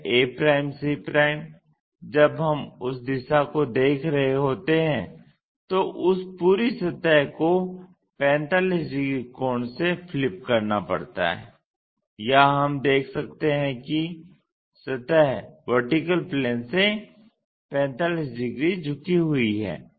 यह ac जब हम उस दिशा को देख रहे होते हैं तो उस पूरी सतह को 45 डिग्री कोण से फ़्लिप करना पड़ता है यहाँ हम देख सकते हैं कि सतह VP से 45 डिग्री झुकी हुई है